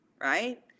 right